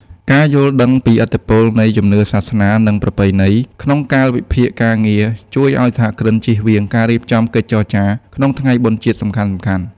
ការយល់ដឹងពីឥទ្ធិពលនៃ "ជំនឿសាសនា និងប្រពៃណី" ក្នុងកាលវិភាគការងារ ជួយឱ្យសហគ្រិនជៀសវាងការរៀបចំកិច្ចចរចាក្នុងថ្ងៃបុណ្យជាតិសំខាន់ៗ។